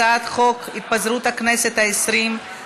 הצעת חוק התפזרות הכנסת העשרים,